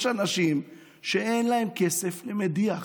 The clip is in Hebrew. יש אנשים שאין להם כסף למדיח.